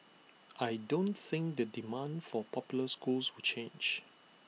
I don't think the demand for popular schools will change